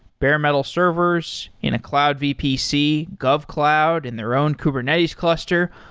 bare metal servers in a cloud vpc, govcloud and their own kubernetes cluster,